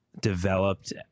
developed